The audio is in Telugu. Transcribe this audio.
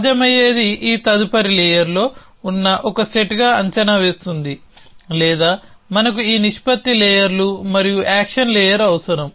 సాధ్యమయ్యేది ఈ తదుపరి లేయర్లో ఉన్న ఒక సెట్గా అంచనా వేస్తుంది లేదా మనకు ఈ నిష్పత్తి లేయర్లు మరియు యాక్షన్ లేయర్ అవసరం